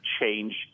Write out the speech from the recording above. change